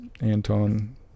Anton